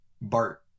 Bart